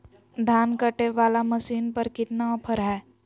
धान कटे बाला मसीन पर कितना ऑफर हाय?